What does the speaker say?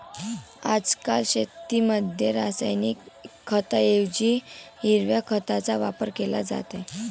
आजकाल शेतीमध्ये रासायनिक खतांऐवजी हिरव्या खताचा वापर केला जात आहे